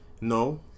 No